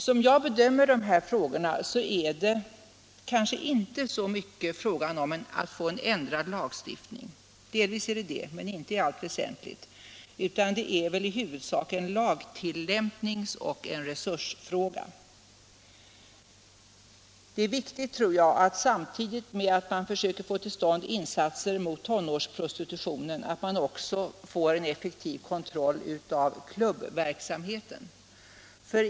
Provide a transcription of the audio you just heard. Som jag bedömer de här spörsmålen, är det kanske inte så mycket I fråga om att få en ändrad lagstiftning — delvis är det så men inte i allt - Om åtgärder mot väsentligt — utan det är i huvudsak en lagtillämpnings och en resursfråga. — pornografi och Det är viktigt, tror jag, att vi samtidigt med insatser mot tonårspro = prostitution stitutionen får en effektiv kontroll av klubbverksamheten.